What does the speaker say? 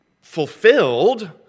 fulfilled